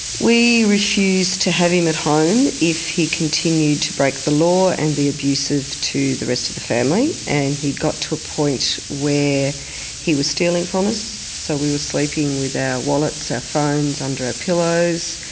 we refused to have him at home if he continued to break the law and be abusive to the rest of the family. and he got to a point where he was stealing from us, so we were sleeping with our wallets, our phones under our pillows.